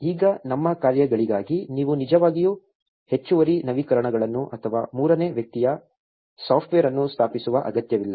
ಈಗ ನಮ್ಮ ಕಾರ್ಯಗಳಿಗಾಗಿ ನೀವು ನಿಜವಾಗಿಯೂ ಹೆಚ್ಚುವರಿ ನವೀಕರಣಗಳನ್ನು ಅಥವಾ ಮೂರನೇ ವ್ಯಕ್ತಿಯ ಸಾಫ್ಟ್ವೇರ್ ಅನ್ನು ಸ್ಥಾಪಿಸುವ ಅಗತ್ಯವಿಲ್ಲ